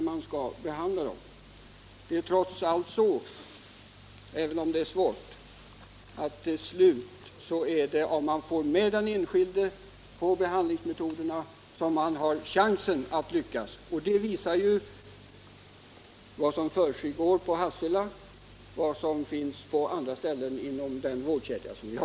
Även om det är svårt har man trots allt största chansen att lyckas om man kan få den enskilde individen att frivilligt gå med på behandlingen. Det visar det som försiggår i Hassela och på andra ställen inom vår vårdkedja.